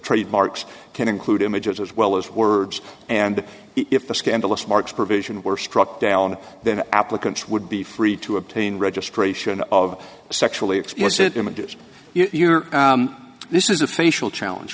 trademarks can include images as well as words and if the scandalous marks provision were struck down then applicants would be free to obtain registration of sexually explicit images year this is a facial challenge